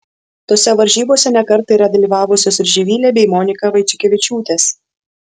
tose varžybose ne kartą yra dalyvavusios ir živilė bei monika vaiciukevičiūtės